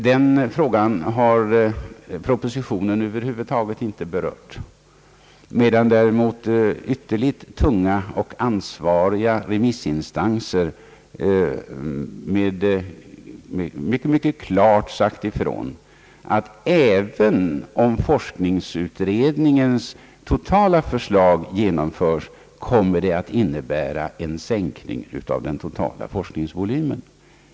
Den frågan har propositionen över huvud taget inte berört, medan däremot ytterligt tunga och ansvariga remissinstanser mycket klart sagt ifrån att även om forskningsutredningens totala förslag genomförs kommer det att innebära en krympning av den totala forskningsvolymen.